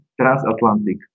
transatlantic